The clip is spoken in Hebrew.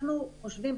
אנחנו חושבים,